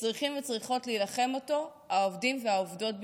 שצריכים וצריכות להילחם בו העובדים והעובדות בישראל.